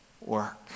work